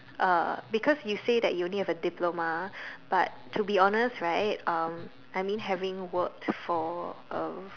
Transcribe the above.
uh because you say that you only have a diploma but to be honest right um I mean having worked for uh